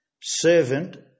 servant